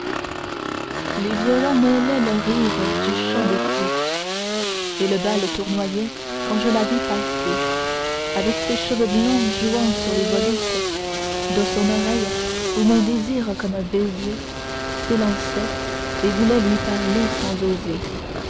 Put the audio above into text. les violons mêlaient leur rire du chant des flûtes et le bal tournoyait quand je la vis passer avec ses cheveux blonds jouant sur les volutes de son oreille où mon désir comme un baiser s'élançait et voulait lui parler sans oser